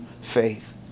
faith